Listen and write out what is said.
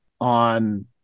on